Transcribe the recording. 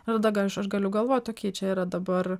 ir redagaš aš galiu galvoti okėj čia yra dabar